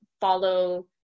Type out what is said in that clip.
follow